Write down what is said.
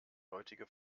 heutige